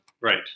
Right